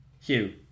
Hugh